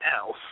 else